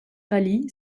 rallye